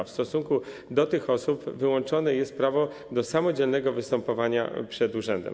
W stosunku do tych osób wyłączone jest prawo do samodzielnego występowania przed urzędem.